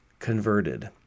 Converted